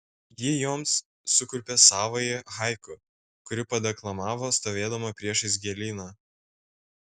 ji joms sukurpė savąjį haiku kurį padeklamavo stovėdama priešais gėlyną